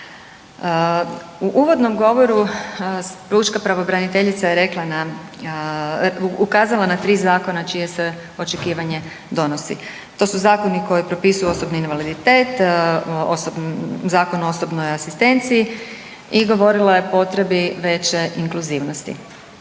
U uvodnom govoru pučka pravobraniteljica je rekla na, ukazala na 3 zakona čije se očekivanje donosi. To su zakoni koji propisuju osobni invaliditet, zakon o osobnoj asistenciji i govorila je o potrebi veće inkluzivnosti.